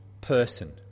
person